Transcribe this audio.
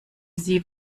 sie